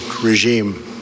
regime